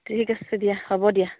ঠিক আছে দিয়া হ'ব দিয়া